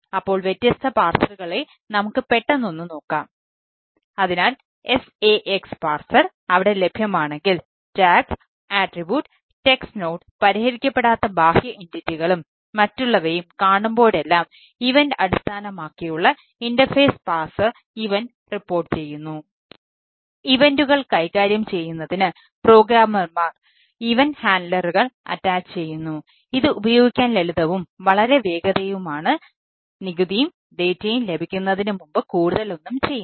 അപ്പോൾ വ്യത്യസ്ത പാഴ്സറുകളെ റിപ്പോർട്ടുചെയ്യുന്നു